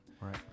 Right